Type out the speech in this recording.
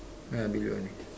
yeah below this